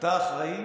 אתה אחראי